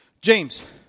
James